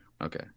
Okay